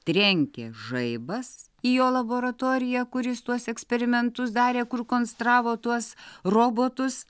trenkė žaibas į jo laboratoriją kuris tuos eksperimentus darė kur konstravo tuos robotus